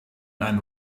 and